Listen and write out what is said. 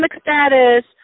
status